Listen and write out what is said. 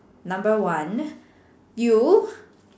number one you